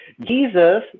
Jesus